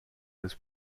his